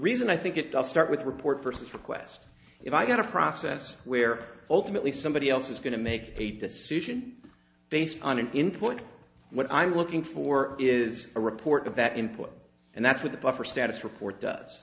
reason i think it does start with report first request if i get a process where ultimately somebody else is going to make a decision based on an input what i'm looking for is a report of that input and that's what the buffer status report does